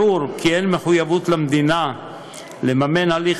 ברור כי אין מחויבות למדינה לממן הליך